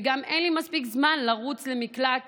וגם אין לי מספיק זמן לרוץ למקלט